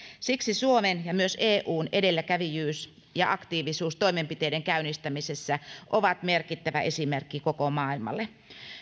siksi suomen ja myös eun edelläkävijyys ja aktiivisuus toimenpiteiden käynnistämisessä ovat merkittävä esimerkki koko maailmalle